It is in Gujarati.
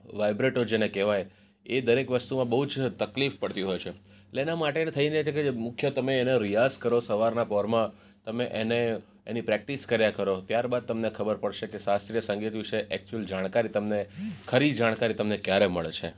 વાઇબ્રેટો જેને કહેવાય એ દરેક વસ્તુમાં બઉ જ તકલીફ પડતી હોય છે એના માટે જ થઈને કહે છે મુખ્ય તમે એના રિયાઝ કરો સવારના પોરમાં તમે એને એની પ્રેક્ટિસ કર્યા કરો ત્યાર બાદ તમને ખબર પડશે કે શાસ્ત્રીય સંગીત વિશે એક્ચુયલ જાણકારી તમને ખરી જાણકારી તમને ક્યારે મળે છે